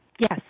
Yes